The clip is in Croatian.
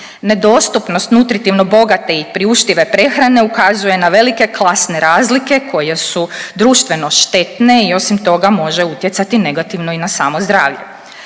Nedostupnost nutritivno bogate i priuštive prehrane ukazuje na velike klasne razlike koje su društveno štetne i osim toga može utjecati negativno i na samo zdravlje.